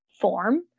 form